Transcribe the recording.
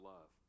Love